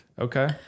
okay